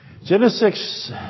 Genesis